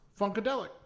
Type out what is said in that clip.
Funkadelic